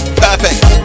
perfect